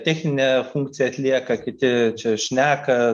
techninę funkciją atlieka kiti čia šneka